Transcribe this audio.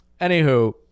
Anywho